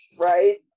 right